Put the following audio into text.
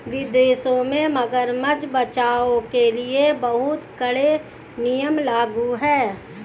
विदेशों में मगरमच्छ बचाओ के लिए बहुत कड़े नियम लागू हैं